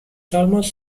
most